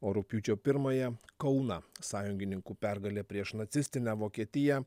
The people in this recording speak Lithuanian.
o rugpjūčio pirmąją kauną sąjungininkų pergalė prieš nacistinę vokietiją